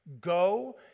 Go